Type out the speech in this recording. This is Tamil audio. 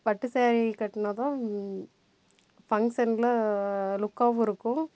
பட்டு சேரீ கட்டினா தான் ஃபங்க்ஷனில் லுக்காவும் இருக்கும்